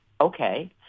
Okay